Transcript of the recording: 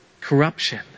corruption